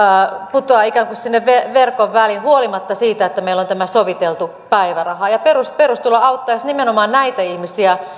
putoaa ikään kuin sinne verkon väliin huolimatta siitä että meillä on tämä soviteltu päiväraha perustulo auttaisi nimenomaan näitä ihmisiä